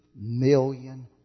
million